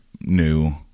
new